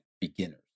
beginners